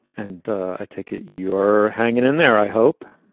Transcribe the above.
and i take it you're hanging in there, i hope,